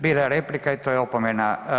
Bila je replika i to je opomena.